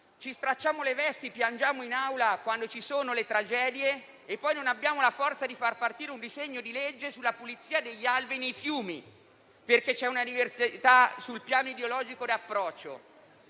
Ci stracciamo le vesti e piangiamo in Aula quando ci sono le tragedie e poi non abbiamo la forza di far partire un disegno di legge sulla pulizia degli alvei nei fiumi, perché c'è una diversità d'approccio sul piano ideologico. Ci lamentiamo